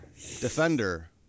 Defender